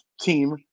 team